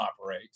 operate